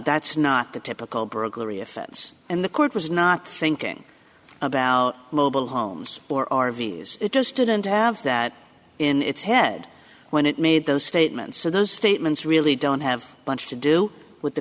that's not the typical burglary offense and the court was not thinking about mobile homes or r v s it just didn't have that in its head when it made those statements so those statements really don't have much to do with the